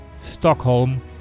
Stockholm